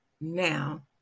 now